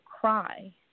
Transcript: cry